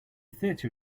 theater